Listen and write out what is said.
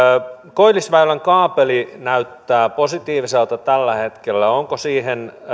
koillisväylän kaapeli näyttää positiiviselta tällä hetkellä onko siihen